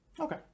Okay